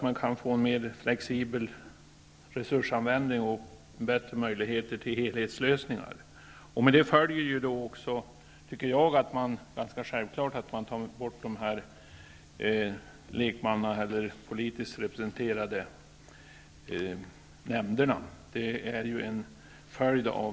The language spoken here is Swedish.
Man kan få en mer flexibel resursanvändning och bättre möjligheter till en helhetslösning. Jag tycker att en ganska självklar följd av detta är att man tar bort de politiskt representerade nämnderna.